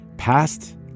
past